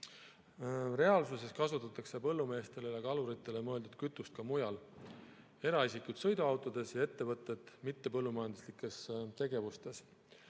Reaalsuses kasutatakse põllumeestele ja kaluritele mõeldud kütust ka mujal: eraisikud [kasutavad seda] sõiduautodes ja ettevõtted mittepõllumajanduslikes tegevustes.